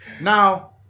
Now